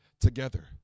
together